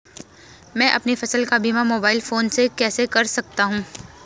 मैं अपनी फसल का बीमा मोबाइल फोन से कैसे कर सकता हूँ?